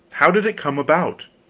how did it come about?